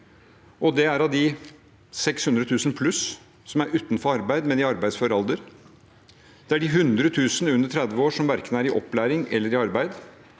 det er de 600 000 pluss som er utenfor arbeid, men i arbeidsfør alder. Det er de 100 000 under 30 år som verken er i opplæring eller i arbeid.